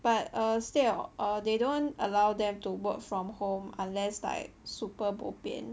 but err stay at oh they don't allow them to work from home unless like super bo pian